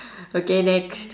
okay next